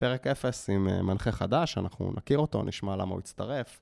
פרק 0 עם מנחה חדש, אנחנו נכיר אותו, נשמע למה הוא הצטרף.